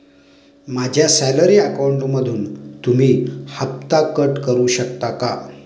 माझ्या सॅलरी अकाउंटमधून तुम्ही हफ्ता कट करू शकता का?